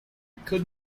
could